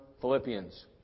Philippians